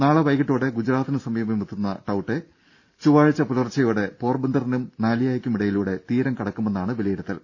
നാളെ വൈകീട്ടോടെ ഗുജറാത്തിന് സമീപമെത്തുന്ന ടൌട്ടേ ചൊവ്വാഴ്ച പുലർച്ചെയോടെ പോർബന്തറിനും നാലിയാക്കുമിടയിലൂടെ തീരം കടക്കുമെന്നാണ് വിലയിരുത്തൽ